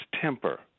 temper